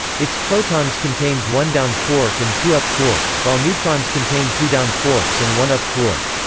its protons contains one down quark and two up quarks, while neutrons contain two down quarks and one up quark.